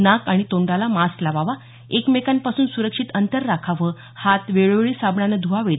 नाक आणि तोंडाला मास्क लावावा एकमेकांपासून सुरक्षित अंतर राखावं हात वेळोवेळी साबणाने ध्वावेत